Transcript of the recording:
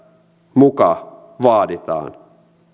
muka vaaditaan